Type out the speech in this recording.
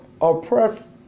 oppressed